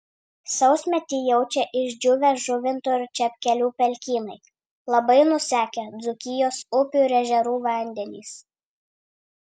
sausmetį jaučia išdžiūvę žuvinto ir čepkelių pelkynai labai nusekę dzūkijos upių ir ežerų vandenys